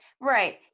Right